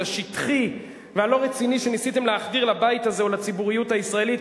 השטחי והלא-רציני שניסיתם להחדיר לבית הזה או לציבוריות הישראלית,